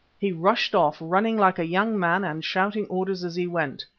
he rushed off, running like a young man and shouting orders as he went.